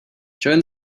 join